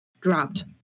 dropped